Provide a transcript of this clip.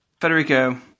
Federico